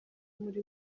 muri